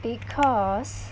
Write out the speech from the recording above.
because